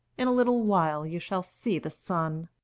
in a little while you shall see the sun.